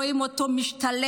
רואים אותו משתלב,